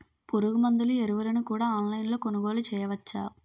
పురుగుమందులు ఎరువులను కూడా ఆన్లైన్ లొ కొనుగోలు చేయవచ్చా?